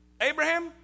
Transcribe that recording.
Abraham